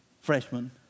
Freshman